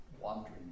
wandering